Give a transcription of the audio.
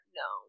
no